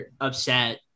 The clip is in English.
upset